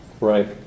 right